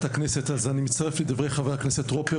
הכנסת אז אני מצטרף לדברי חברי הכנסת טרופר